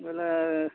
ବେଲେ